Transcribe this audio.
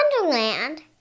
Wonderland